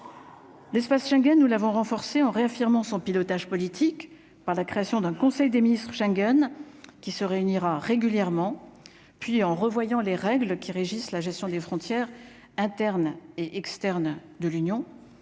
l'espace Schengen, nous l'avons renforcée en réaffirmant son pilotage politique par la création d'un conseil des ministres Schengen qui se réunira régulièrement puis en revoyant les règles qui régissent la gestion des frontières internes et externes de l'Union,